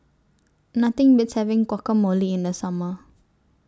Nothing Beats having Guacamole in The Summer